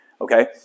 okay